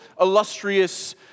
illustrious